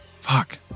Fuck